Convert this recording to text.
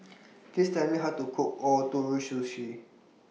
Please Tell Me How to Cook Ootoro Sushi